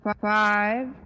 five